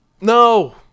no